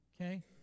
okay